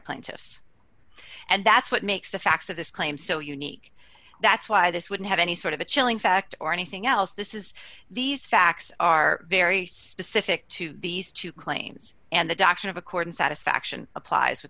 plaintiffs and that's what makes the facts of this claim so unique that's why this wouldn't have any sort of a chilling fact or anything else this is these facts are very specific to these two claims and the doctrine of a court and satisfaction appl